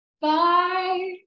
Bye